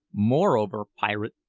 moreover, pirate,